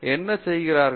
என்ன செய்கிறார்கள்